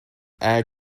air